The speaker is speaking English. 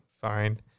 Fine